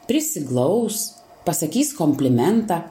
prisiglaus pasakys komplimentą